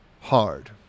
hard